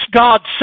God's